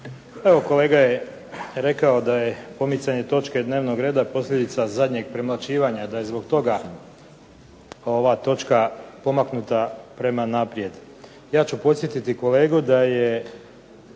Evo kolega je rekao da je pomicanje točke dnevnog reda posljedica zadnjeg premlaćivanja, da je zbog toga ova točka pomaknuta prema naprijed. Ja ću podsjetiti kolegu da je